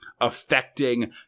affecting